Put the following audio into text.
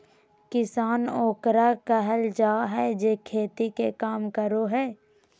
किसान ओकरा कहल जाय हइ जे खेती के काम करो हइ